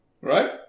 Right